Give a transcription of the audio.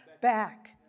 back